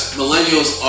millennials